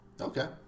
Okay